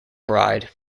bride